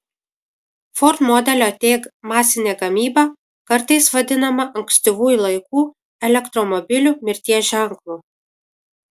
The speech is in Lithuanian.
ford modelio t masinė gamyba kartais vadinama ankstyvųjų laikų elektromobilių mirties ženklu